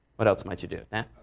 what else might you do? yeah